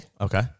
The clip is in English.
Okay